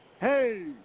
Hey